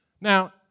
Now